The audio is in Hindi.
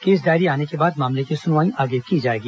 केस डायरी आने के बाद मामले की सुनवाई की जाएगी